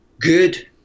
good